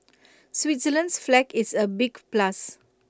Switzerland's flag is A big plus